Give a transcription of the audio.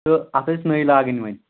تہٕ اَتھ ٲسۍ نٔوۍ لاگٕنۍ وۄنۍ